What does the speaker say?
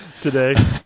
today